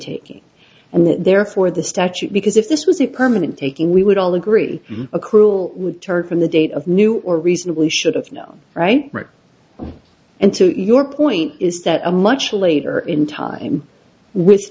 taking and therefore the statute because if this was a permanent taking we would all agree a cruel would turn from the date of new or reasonably should have no right and to your point is that a much later in time w